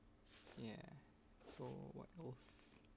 yeah so what else